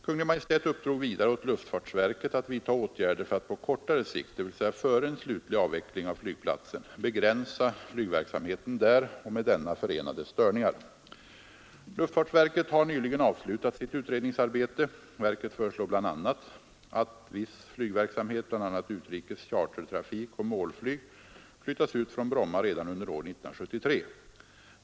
Kungl. Maj:t uppdrog vidare åt luftfartsverket att vidta åtgärder för att på kortare sikt — dvs. före en slutlig avveckling av flygplatsen — begränsa flygverksamheten där och med denna förenade störningar. Luftfartsverket har nyligen avslutat sitt utredningsarbete. Verket föreslår bl.a. att viss flygverksamhet, bl.a. utrikes chartertrafik och målflyg, flyttas ut från Bromma redan under år 1973.